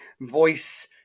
voice